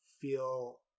feel